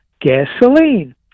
gasoline